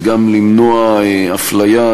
וגם למנוע אפליה,